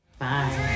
Bye